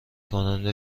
کننده